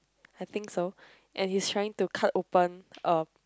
I think so and he's trying to cut open a